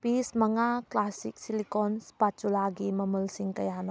piece ꯃꯉꯥ classic silicon ꯏꯁꯄꯥꯆꯨꯂꯥꯒꯤ ꯃꯃꯜꯁꯤꯡ ꯀꯌꯥꯅꯣ